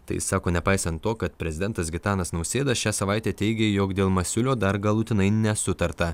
tai sako nepaisant to kad prezidentas gitanas nausėda šią savaitę teigė jog dėl masiulio dar galutinai nesutarta